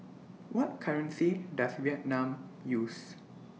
What currency Does Vietnam use